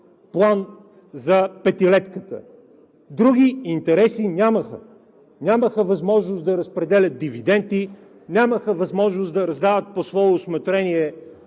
план за петилетката. Други интереси нямаха. Нямаха възможност да разпределят дивиденти, нямаха възможност да раздават по свое усмотрение